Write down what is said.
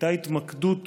הייתה התמקדות